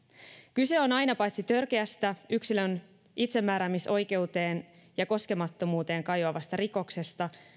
kyse on aina paitsi törkeästä yksilön itsemääräämisoikeuteen ja koskemattomuuteen kajoavasta rikoksesta